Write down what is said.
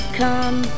come